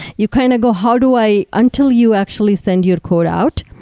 you kind of go hard way until you actually send your code out.